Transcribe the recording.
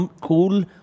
cool